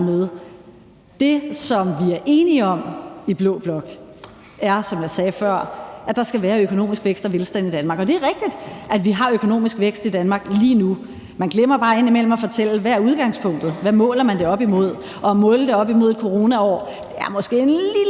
Det, som vi er enige om i blå blok, er, som jeg sagde før, at der skal være økonomisk vækst og velstand i Danmark. Det er rigtigt, at vi har økonomisk vækst lige nu. Man glemmer bare indimellem at fortælle, hvad der er udgangspunktet, og hvad man måler det op imod – og at måle det op imod et coronaår er måske en lille